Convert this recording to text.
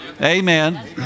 Amen